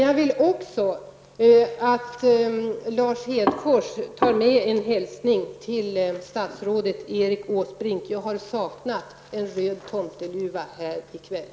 Jag vill också skicka med Lars Hedfors en hälsning till statsrådet Erik Åsbrink. Jag har saknat en röd tomteluva här i kväll.